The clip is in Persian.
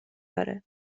داره